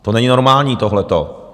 To není normální, tohleto.